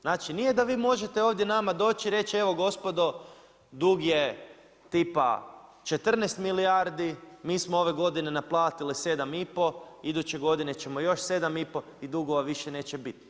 Znači nije da vi možete ovdje nama doći reći evo gospodo, dug je tima 14 milijardi, mi smo ove godine naplatili 7,5 iduće godine ćemo još 7,5 i dugova više neće biti.